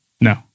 No